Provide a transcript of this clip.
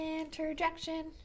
Interjection